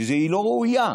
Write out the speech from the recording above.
שהיא לא ראויה.